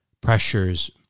pressures